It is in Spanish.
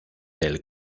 del